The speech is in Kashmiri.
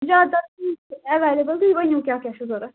زیادٕ آسِنہٕ ایولیبل تُہۍ ؤنِو کیٛاہ کیٛاہ چھُ ضوٚرَتھ